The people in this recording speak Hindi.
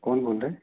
कौन बोल रहे हैं